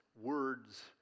words